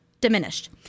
diminished